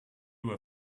were